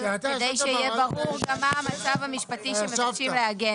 כדי שיהיה ברור גם מה המצב המשפטי שמבקשים לעגן.